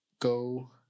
Go